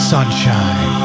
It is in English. Sunshine